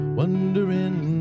wondering